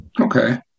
Okay